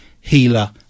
healer